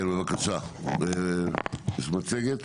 כן בבקשה, יש מצגת?